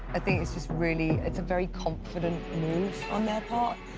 think it's just really, it's a very confident move on their part.